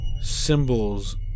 symbols